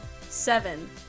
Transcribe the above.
Seven